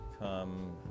Come